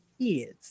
kids